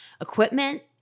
equipment